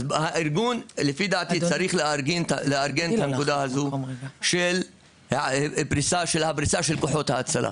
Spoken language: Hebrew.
לפי דעתי הארגון צריך לארגן את הנקודה הזו של פריסת כוחות ההצלה,